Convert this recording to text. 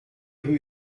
rue